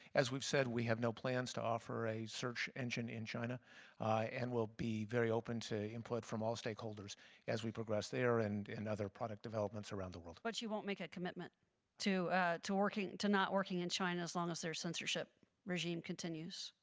as we've said we have no plans plans to offer a search engine in china and will be very open to input from all stakeholders as we progress there and in other product developments around the world. but you won't make a commitment to to working to not working in china as long as their censorship regime continues.